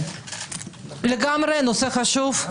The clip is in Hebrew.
זה לגמרי נושא חשוב,